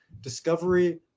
Discovery